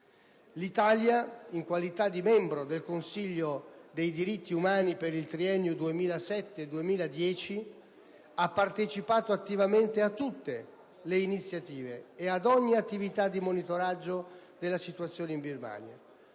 L'Italia, in qualità di membro del Consiglio dei diritti umani per il triennio 2007-2010 ha partecipato attivamente a tutte le iniziative ed a ogni attività di monitoraggio della situazione in Birmania;